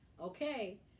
okay